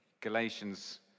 Galatians